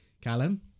Callum